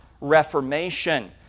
reformation